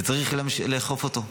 וצריך לאכוף אותו.